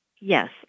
Yes